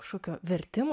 kažkokio vertimo